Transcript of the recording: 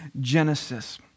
Genesis